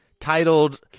titled